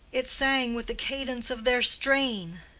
it sang with the cadence of their strain.